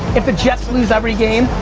if the jets lose every game,